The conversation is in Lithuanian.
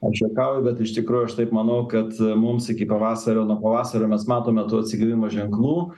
aš juokauju bet iš tikrųjų aš taip manau kad mums iki pavasario nuo pavasario mes matome tų atsigavimo ženklų